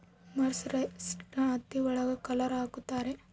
mercerised ಹತ್ತಿ ಒಳಗ colour ಹಾಕುತ್ತಾರೆ